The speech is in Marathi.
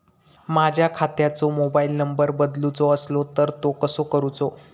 माझ्या खात्याचो मोबाईल नंबर बदलुचो असलो तर तो कसो करूचो?